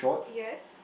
yes